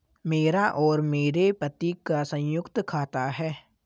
मेरा और मेरे पति का संयुक्त खाता है